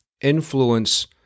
influence